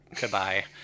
Goodbye